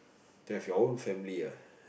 to have your own family ah